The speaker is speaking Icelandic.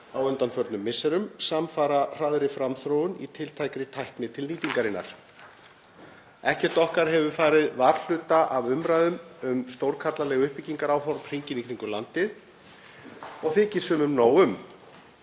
á undanförnum misserum samfara hraðri framþróun í tiltækri tækni til nýtingarinnar. Ekkert okkar hefur farið varhluta af umræðu um stórkarlaleg uppbyggingaráform hringinn í kringum landið og þykir sumum nóg um.